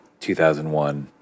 2001